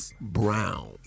Brown